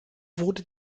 wurde